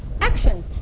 action